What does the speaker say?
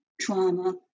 trauma